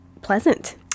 pleasant